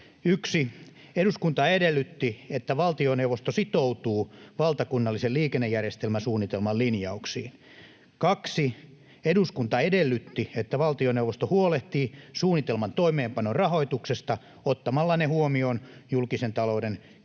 1) Eduskunta edellytti, että valtioneuvosto sitoutuu valtakunnallisen liikennejärjestelmäsuunnitelman linjauksiin. 2) Eduskunta edellytti, että valtioneuvosto huolehtii suunnitelman toimeenpanon rahoituksesta ottamalla ne huomioon julkisen talouden kehyssuunnitelmissa